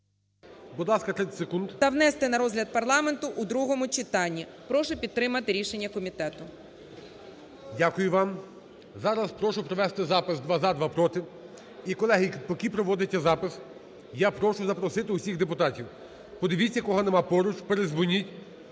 Будь ласка, 30 секунд. БАБАК А.В. …таа внести на розгляд парламенту у другому читанні. Прошу підтримати рішення комітету. ГОЛОВУЮЧИЙ. Дякую вам. Зараз прошу провести запис: два – за, два – проти. І колеги, поки проводиться запис, я прошу запросити всіх депутатів. Подивіться, кого немає поруч, передзвоніть,